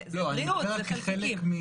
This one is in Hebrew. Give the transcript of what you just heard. זה בריאות, זה חלקיקים.